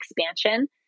expansion